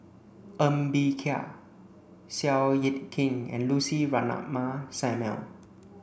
Ng Bee Kia Seow Yit Kin and Lucy Ratnammah Samuel